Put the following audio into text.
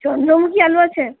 চন্দ্রমু্খি আলু আছে